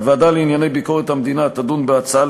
הוועדה לענייני ביקורת המדינה תדון בהצעות